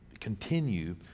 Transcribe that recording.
continue